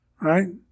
right